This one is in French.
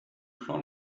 plan